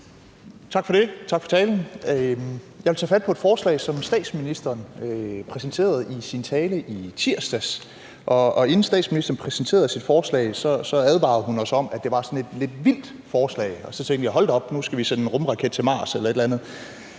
Tak for det. Tak for talen. Jeg vil tage fat på et forslag, som statsministeren præsenterede i sin tale i tirsdags. Inden statsministeren præsenterede sit forslag, advarede hun os om, at det var et sådan lidt vildt forslag, og så tænkte jeg: Hold da op, nu skal vi sende en rumraket til Mars eller et eller andet!